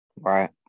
Right